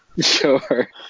Sure